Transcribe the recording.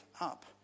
up